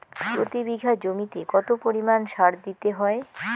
প্রতি বিঘা জমিতে কত পরিমাণ সার দিতে হয়?